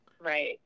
right